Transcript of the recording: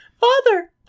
Father